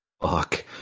Fuck